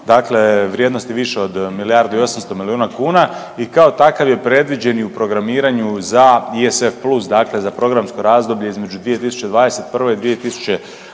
dakle vrijednosti više od 1,8 milijardi kuna i kao takav je predviđen i u programiranju za ISF Plus, dakle za programsko razdoblje između 2021. i 2027.